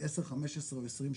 ל-10-15-20 שנה,